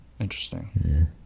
interesting